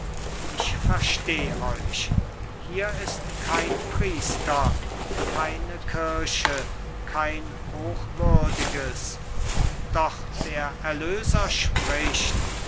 ich versteh euch hier ist kein priester keine kirche kein hochwürdiges doch der erlöser spricht